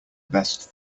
best